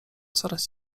coraz